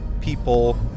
people